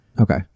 Okay